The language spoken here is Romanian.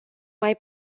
mai